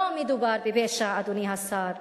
לא מדובר בפשע, אדוני השר,